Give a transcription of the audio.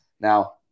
Now